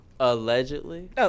allegedly